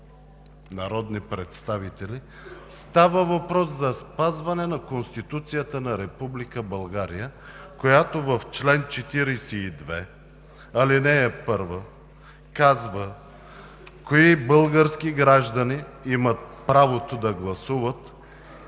народни представители, става въпрос за спазване на Конституцията на Република България, която в чл. 42, ал. 1 казва кои български граждани имат правото да гласуват,